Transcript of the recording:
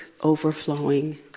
overflowing